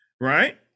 right